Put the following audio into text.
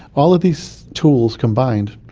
all of these tools combined,